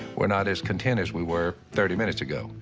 we're not as content as we were thirty minutes ago.